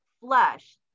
flesh